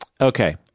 Okay